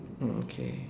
mm okay